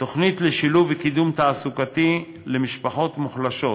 תוכנית לשילוב וקידום תעסוקתי למשפחות מוחלשות.